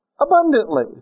abundantly